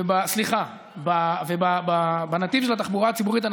ובנתיב של התחבורה הציבורית,